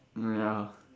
mm ya